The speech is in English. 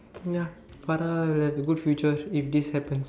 ya Farah have a good future if this happens